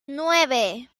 nueve